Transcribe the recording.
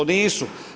Nisu.